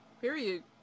Period